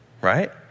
right